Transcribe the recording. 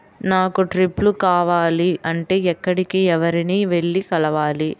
నాకు డ్రిప్లు కావాలి అంటే ఎక్కడికి, ఎవరిని వెళ్లి కలవాలి?